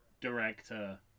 director